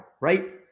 right